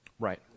right